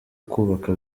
kubaka